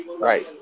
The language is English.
Right